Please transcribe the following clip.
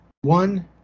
one